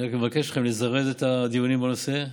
אני רק מבקש מכם לזרז את הדיונים בנושא,